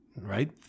right